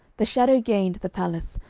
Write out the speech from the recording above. the shadow gained the palace,